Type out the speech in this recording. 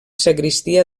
sagristia